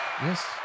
Yes